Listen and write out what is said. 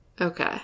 Okay